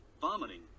vomiting